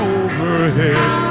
overhead